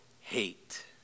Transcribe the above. hate